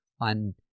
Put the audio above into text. on